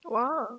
!wow!